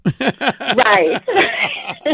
right